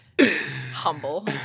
Humble